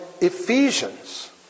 Ephesians